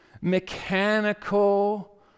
mechanical